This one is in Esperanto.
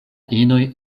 inoj